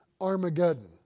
Armageddon